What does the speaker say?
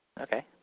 Okay